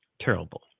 terrible